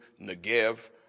negev